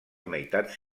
meitats